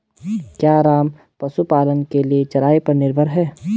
क्या राम पशुपालन के लिए चराई पर निर्भर है?